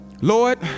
Lord